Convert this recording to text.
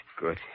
Good